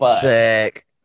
Sick